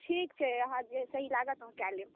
ठीक छै अहाँकेॅं जे सही लागत से कय लेब